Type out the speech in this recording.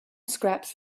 scraps